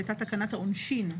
הייתה תקנת העונשין,